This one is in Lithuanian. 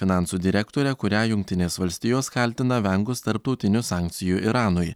finansų direktorę kurią jungtinės valstijos kaltina vengus tarptautiniu sankcijų iranui